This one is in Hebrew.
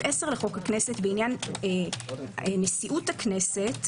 10 לחוק הכנסת בעניין נשיאות הכנסת.